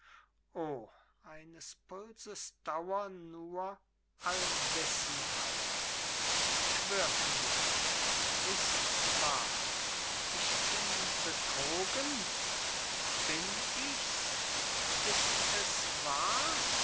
eines pulses dauer nur allwissenheit schwört mir ists wahr ich bin betrogen bin ichs ist es wahr